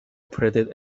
operated